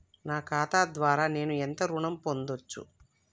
నా ఖాతా ద్వారా నేను ఎంత ఋణం పొందచ్చు?